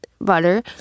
butter